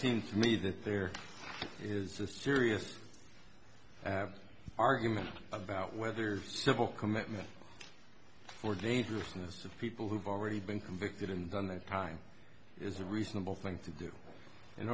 seemed to me that there is a serious argument about whether civil commitment or dangerousness to people who've already been convicted and done their time is a reasonable thing to do in